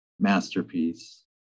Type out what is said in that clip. Masterpiece